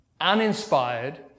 uninspired